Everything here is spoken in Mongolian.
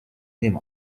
магад